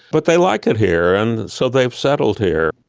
but they like it here, and so they've settled here.